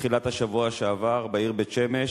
בתחילת השבוע שעבר, בעיר בית-שמש,